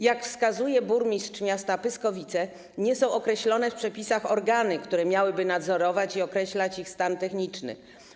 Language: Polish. Jak wskazuje burmistrz miasta Pyskowice, nie są określone w przepisach organy, które miałyby nadzorować i określać ich stan techniczny.